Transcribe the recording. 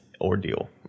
ordeal